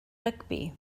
rygbi